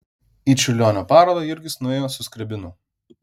į čiurlionio parodą jurgis nuėjo su skriabinu